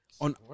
on